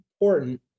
important